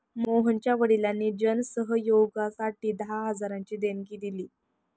मोहनच्या वडिलांनी जन सहयोगासाठी दहा हजारांची देणगी दिली